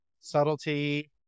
Subtlety